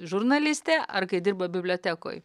žurnalistė ar kai dirba bibliotekoj